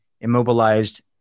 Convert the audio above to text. immobilized